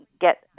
get